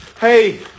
Hey